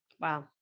Wow